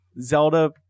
zelda